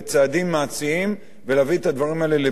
ולהביא את הדברים האלה לבירור עד תום.